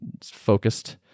focused